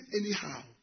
anyhow